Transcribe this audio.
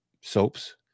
soaps